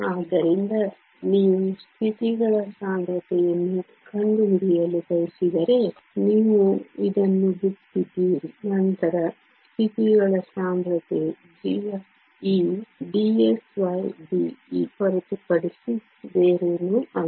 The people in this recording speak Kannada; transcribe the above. ಆದ್ದರಿಂದ ನೀವು ಸ್ಥಿತಿಗಳ ಸಾಂದ್ರತೆಯನ್ನು ಕಂಡುಹಿಡಿಯಲು ಬಯಸಿದರೆ ನೀವು ಇದನ್ನು ಬಿಟ್ಟಿದ್ದೀರಿ ನಂತರ ಸ್ಥಿತಿಗಳ ಸಾಂದ್ರತೆ g dsde ಹೊರತುಪಡಿಸಿ ಬೇರೇನೂ ಅಲ್ಲ